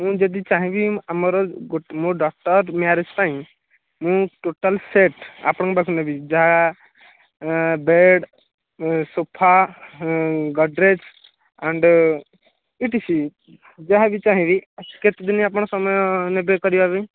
ମୁଁ ଯଦି ଚାହିଁବି ଆମର ଗୋଟେ ମୋ ଡଟର୍ ମ୍ୟାରେଜ୍ ପାଇଁ ମୁଁ ଟୋଟାଲ୍ ସେଟ୍ ଆପଣଙ୍କ ପାଖରୁ ନେବି ଯାହା bed sofa Godrej and E T C ଯାହାବି ଚାହିଁବି କେତେ ଦିନ ଆପଣ ସମୟ ନେବେ କରିବା ପାଇଁ